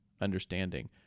understanding